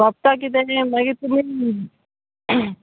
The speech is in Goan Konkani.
सोंपता कितें मागीर तुमी